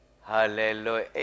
Hallelujah